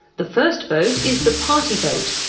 the first vote is the party vote.